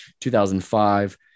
2005